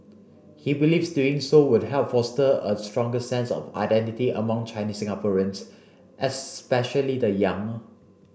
he believes doing so would help foster a stronger sense of identity among Chinese Singaporeans especially the young